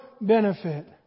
benefit